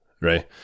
Right